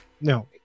no